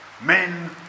men